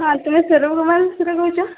ହଁ ତୁମେ ସୌରଭ କୁମାର ମିଶ୍ର କହୁଚ